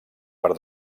per